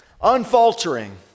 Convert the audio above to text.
unfaltering